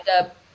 up